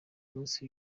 munsi